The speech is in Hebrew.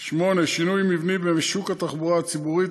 8. שינוי מבני בשוק התחבורה הציבורית,